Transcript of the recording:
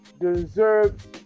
deserves